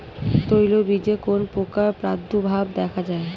তৈলবীজে কোন পোকার প্রাদুর্ভাব দেখা যায়?